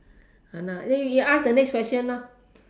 !hanna! then you ask the next question lor